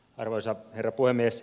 arvoisa herra puhemies